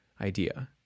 idea